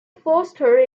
foster